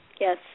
Yes